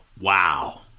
Wow